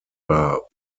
war